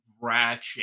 ratchet